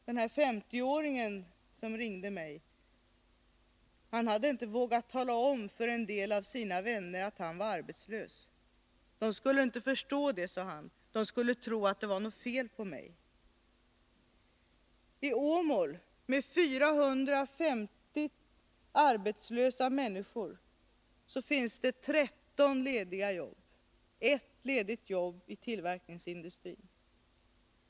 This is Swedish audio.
Den här 50-åringen som ringde mig hade inte vågat tala om för en del av sina vänner att han var arbetslös. De skulle inte förstå det, de skulle tro att det var något fel på mig, sade han. I Åmål med 450 arbetslösa människor finns det 13 lediga jobb, ett ledigt jobb i tillverkningsindustrin.